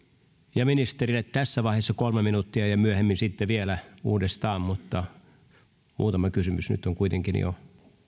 eduskuntaan ministerille tässä vaiheessa kolme minuuttia ja myöhemmin sitten vielä uudestaan muutama kysymys nyt on kuitenkin jo